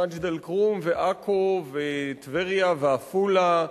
ממג'ד-אל-כרום ועכו וטבריה ועפולה,